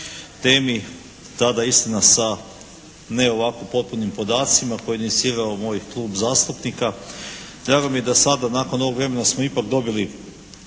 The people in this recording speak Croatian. temi, tada istina sa ne ovako potpunim podacima koji je inicirao moj klub zastupnika. Drago mi je da sad nakon ovog vremena smo ipak dobili